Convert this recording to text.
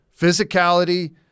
Physicality